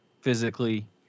physically